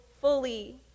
fully